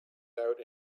out